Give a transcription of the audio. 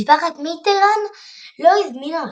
משפחת מיטראן לא הזמינה אותם.